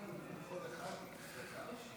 אדוני היושב-ראש, אנחנו כולנו יודעים שסוף מעשה